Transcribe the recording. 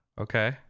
Okay